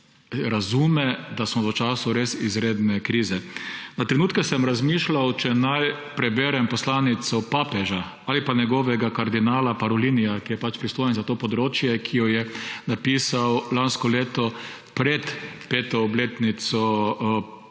razume, da smo v času res izredne krize. Na trenutke sem razmišljal, če naj preberem poslanico papeža ali pa njegovega kardinala Parolina, ki je pristojen za to področje, ki jo je napisal lansko leto pred 5. obletnico pariškega